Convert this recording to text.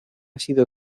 sido